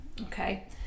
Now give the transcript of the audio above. okay